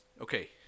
Okay